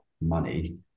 money